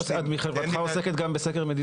חברתכם עוסקת גם בסקר מדידות?